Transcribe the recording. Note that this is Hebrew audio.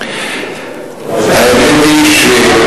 האמת היא שלצערי